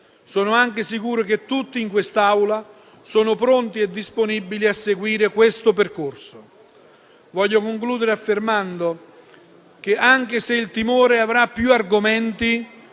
Sono anche sicuro che tutti in quest'Aula siano pronti e disponibili a seguire questo percorso. Voglio concludere affermando che, anche se il timore avrà più argomenti,